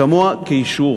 כמוה כאישור.